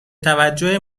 توجه